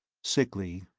sickly,